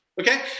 Okay